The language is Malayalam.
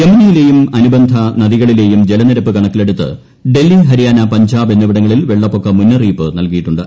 യമുനയിലേയും അനുബന്ധ നദികളിലേയും ജലനിരപ്പ് കണക്കിലെടുത്ത് ഡൽഹി ഹരിയാന പഞ്ചാബ് എന്നിവിടങ്ങളിൽ വെള്ളപ്പൊക്ക മുന്നറിയിപ്പ് നൽകിയിട്ടുണ്ട്